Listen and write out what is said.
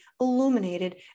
illuminated